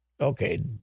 okay